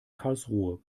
karlsruhe